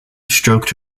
stroked